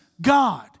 God